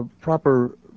proper